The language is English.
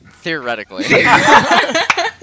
Theoretically